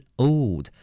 old